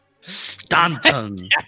Stanton